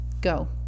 go